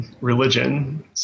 religion